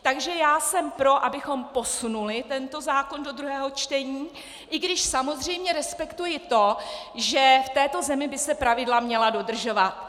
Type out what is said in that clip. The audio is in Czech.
Takže já jsem pro, abychom posunuli tento zákon do druhého čtení, i když samozřejmě respektuji to, že v této zemi by se pravidla měla dodržovat.